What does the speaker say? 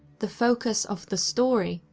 the focus of the story,